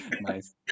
Nice